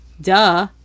duh